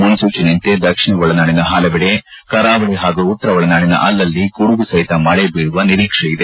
ಮುನ್ಲೂಚನೆಯಂತೆ ದಕ್ಷಿಣ ಒಳನಾಡಿನ ಹಲವೆಡೆ ಕರಾವಳಿ ಹಾಗೂ ಉತ್ತರ ಒಳನಾಡಿನ ಅಲ್ಲಲ್ಲಿ ಗುಡುಗು ಸಹಿತ ಮಳೆ ಬೀಳುವ ನಿರೀಕ್ಷೆ ಇದೆ